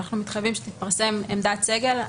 אנחנו מתחייבים שתתפרסם עמדת סגל.